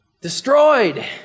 destroyed